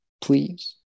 please